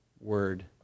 word